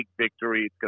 victory